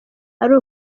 ari